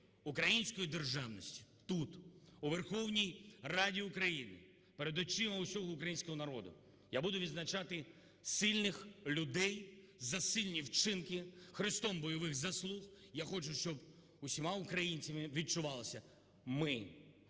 Української Державності тут, у Верховній Раді України, перед очима усього українського народу я буду відзначати сильних людей за сильні вчинки "Хрестом бойових заслуг", я хочу, щоб усіма українцями відчувалося –